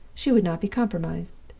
she would not be compromised.